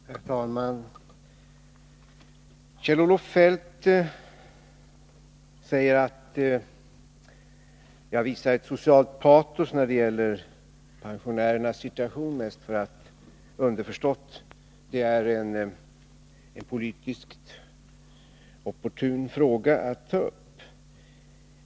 Herr talman! Kjell-Olof Feldt säger att jag visar ett socialt patos när det gäller pensionärernas situation mest därför att det — underförstått — är en politiskt opportun fråga att ta upp.